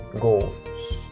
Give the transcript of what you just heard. goals